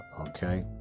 okay